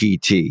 PT